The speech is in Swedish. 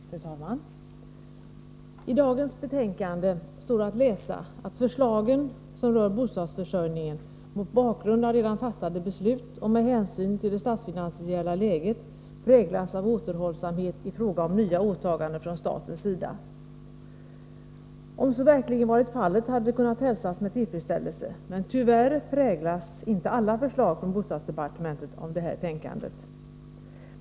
Fru talman! I dagens betänkande står att läsa att förslagen som rör bostadsförsörjningen mot bakgrund av redan fattade beslut och med hänsyn till det statsfinansiella läget präglas av återhållsamhet i fråga om nya åtaganden från statens sida. Om så verkligen varit fallet hade det kunnat hälsas med tillfredsställelse, men tyvärr präglas inte alla förslag från bostadsdepartementet av detta tänkande.